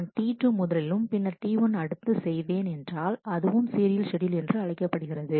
நான் T2 முதலிலும் பின்னர் T1 அடுத்து செய்தேன் என்றால் அதுவும் சீரியல் ஷெட்யூல் என்று அறியப்படுகிறது